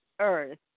earth